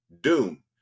Doom